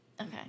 Okay